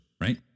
right